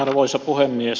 arvoisa puhemies